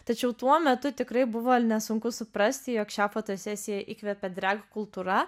tačiau tuo metu tikrai buvo nesunku suprasti jog šią fotosesiją įkvėpė drag kultūra